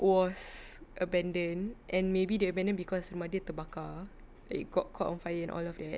was abandoned and maybe they abandoned cause rumah dia terbakar like it got caught on fire and all of that